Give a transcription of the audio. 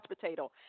potato